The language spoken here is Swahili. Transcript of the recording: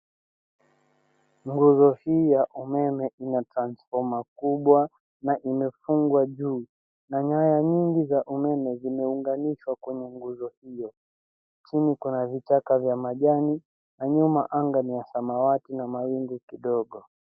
Nguzo hii ya umeme ina transformer kubwa na imefungwa juu na nyaya nyingi za umeme zimeunganishwa kwenye nguzo hiyo chini kuna vichaka vya majani na nyuma anga ni ya samawati na mawingu kidogo.